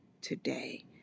today